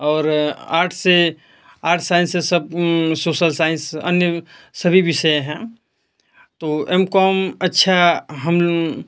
और आर्ट से art science से सब सोसल साइंस अन्य सभी विषय हैं तो एम कॉम अच्छा हम